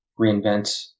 reinvent